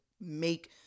make